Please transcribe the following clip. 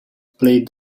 play